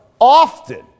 often